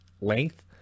length